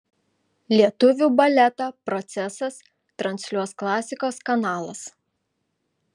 lietuvių baletą procesas transliuos klasikos kanalas